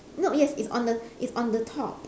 no yes it's on the it's on the top